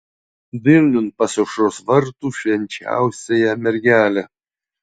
vilniun pas aušros vartų švenčiausiąją mergelę